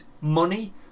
money